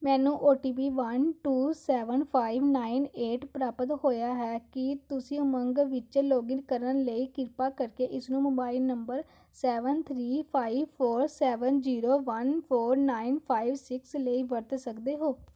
ਮੈਨੂੰ O T P one two seven five nine eight ਪ੍ਰਾਪਤ ਹੋਇਆ ਹੈ ਕੀ ਤੁਸੀਂ ਉਮੰਗ ਵਿੱਚ ਲੌਗਇਨ ਕਰਨ ਲਈ ਕਿਰਪਾ ਕਰਕੇ ਇਸ ਨੂੰ mobile number seven three five four seven zero one four nine five six ਲਈ ਵਰਤ ਸਕਦੇ ਹੋ